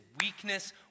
weakness